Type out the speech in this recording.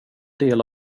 del